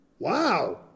wow